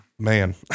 Man